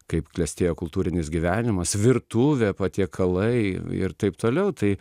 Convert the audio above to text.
kaip klestėjo kultūrinis gyvenimas virtuvė patiekalai ir taip toliau tai